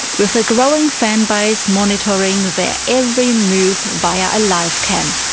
with a growing fan base monitoring their every move via a live cam.